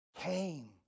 came